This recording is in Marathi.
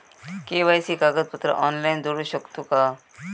के.वाय.सी कागदपत्रा ऑनलाइन जोडू शकतू का?